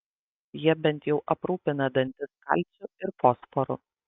jie bent jau aprūpina dantis kalciu ir fosforu